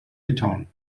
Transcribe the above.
litauen